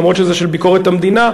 למרות שזה של ביקורת המדינה,